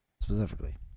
specifically